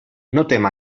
notem